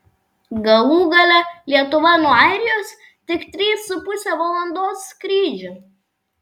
galų gale lietuva nuo airijos tik trys su puse valandos skrydžio